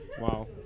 Wow